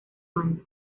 mando